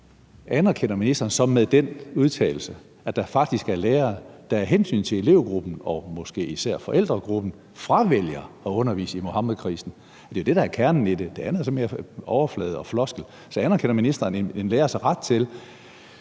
anerkender ministeren så med den udtalelse, at der faktisk er lærere, der af hensyn til elevgruppen og måske især forældregruppen fravælger at undervise i Muhammedkrisen? For det er jo det, der er kernen i det. Det andet er sådan mere overflade og floskel. Så anerkender ministeren en lærers ret til